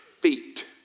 feet